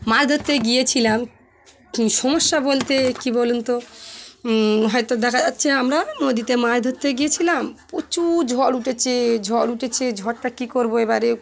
মাছ ধরতে গিয়েছিলাম সমস্যা বলতে কী বলুন তো হয়তো দেখা যাচ্ছে আমরা নদীতে মাছ ধরতে গিয়েছিলাম প্রচুর ঝড় উঠেছে ঝড় উঠেছে ঝড়টা কী করব এবারে